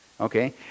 Okay